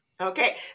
Okay